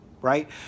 right